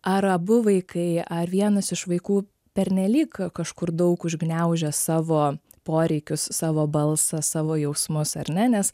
ar abu vaikai ar vienas iš vaikų pernelyg kažkur daug užgniaužęs savo poreikius savo balsą savo jausmus ar ne nes